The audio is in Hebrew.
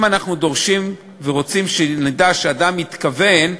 אם אנחנו דורשים ורוצים שנדע שאדם מתכוון,